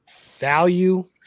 value